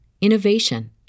innovation